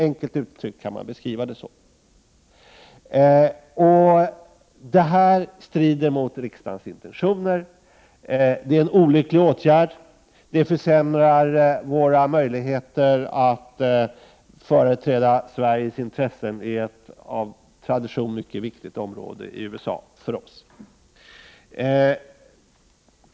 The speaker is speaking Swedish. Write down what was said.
Enkelt uttryckt kan man bekriva det så. Detta strider mot riksdagens intentioner, och det är en olycklig åtgärd som försämrar våra möjligheter att företräda Sveriges intressen i ett av tradition mycket viktigt område för oss i USA.